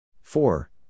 Four